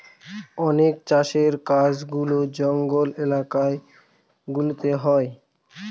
অনেক চাষের কাজগুলা জঙ্গলের এলাকা গুলাতে হয়